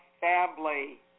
family